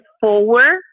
forward